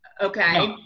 Okay